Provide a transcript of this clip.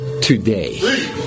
today